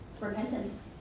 repentance